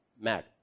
mad